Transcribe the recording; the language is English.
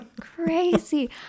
Crazy